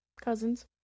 cousins